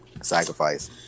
Sacrifice